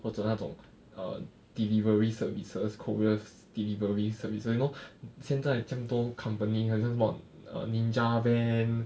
或则那种 err delivery services courier s~ delivery services you know 现在这样多 company 好像什么 Ninja Van